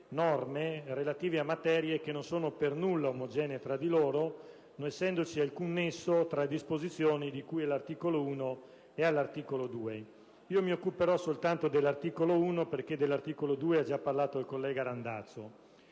2. Mi occuperò soltanto dell'articolo 1, perché dell'articolo 2 ha già parlato il collega, senatore